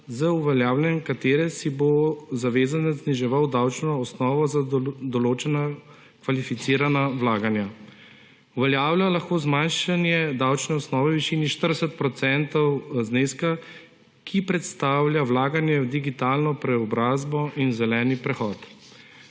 z uveljavljanjem katere si bo zavezanec zniževal davčno osnovo za določena kvalificirana vlaganja. Uveljavlja lahko zmanjšanje davčne osnove v višini 40 % zneska, ki predstavlja vlaganje v digitalno preobrazbo in zeleni prehod.